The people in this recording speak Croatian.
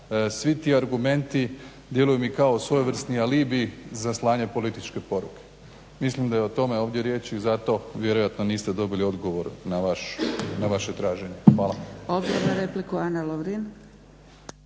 Svi ti argumenti djeluju mi kao svojevrsni alibi za slanje političke poruke. Mislim da je o tome ovdje riječi i zato vjerojatno niste dobili odgovor na vaše traženje. Hvala.